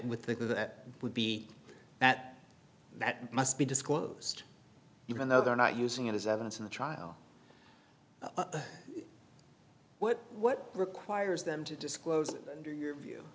would think of that would be that that must be disclosed even though they're not using it as evidence in the trial what what requires them to disclose under your view